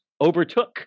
overtook